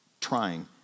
trying